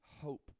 hope